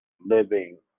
living